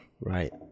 Right